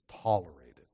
tolerated